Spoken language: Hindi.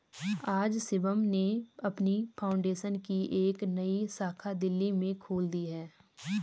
आज शिवम ने अपनी फाउंडेशन की एक नई शाखा दिल्ली में खोल दी है